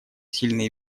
сильные